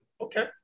Okay